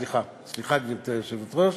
סליחה, גברתי היושבת-ראש.